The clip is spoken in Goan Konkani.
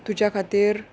तुज्या खातीर